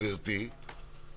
גברתי,